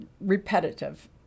repetitive